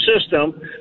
system